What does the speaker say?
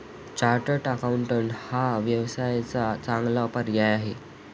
chartered accountant हा व्यवसायाचा चांगला पर्याय आहे